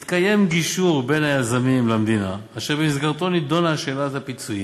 התקיים גישור בין היזמים למדינה אשר במסגרתו נדונה שאלת הפיצויים.